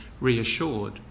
reassured